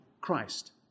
Christ